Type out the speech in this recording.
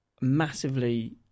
massively